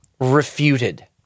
refuted